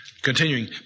Continuing